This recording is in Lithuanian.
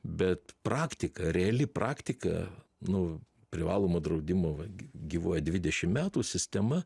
bet praktika reali praktika nu privalomo draudimo va gyvuoja dvidešim metų sistema